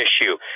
issue